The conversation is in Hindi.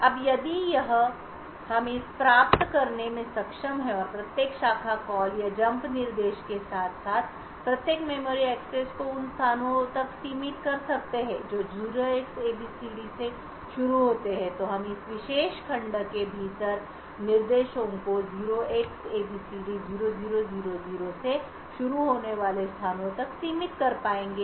अब यदि हम इसे प्राप्त करने में सक्षम हैं और प्रत्येक शाखा कॉल या जंप निर्देश के साथ साथ प्रत्येक मेमोरी एक्सेस को उन स्थानों तक सीमित कर सकते हैं जो 0Xabcd से शुरू होते हैं तो हम इस विशेष खंड के भीतर निर्देशों को 0Xabcd0000 से शुरू होने वाले स्थानों तक सीमित कर पाएंगे